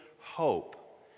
hope